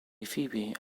phoebe